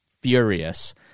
furious